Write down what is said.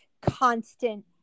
constant